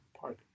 park